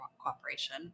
cooperation